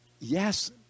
yes